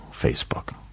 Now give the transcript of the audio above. Facebook